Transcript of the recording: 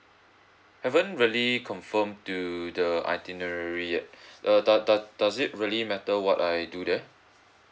haven't really confirm to the itinerary yet err doe~ doe~ does it really matter what I do there